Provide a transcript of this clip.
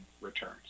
returns